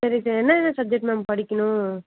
இதுக்கு என்னென்ன subject ma'am படிக்கணும்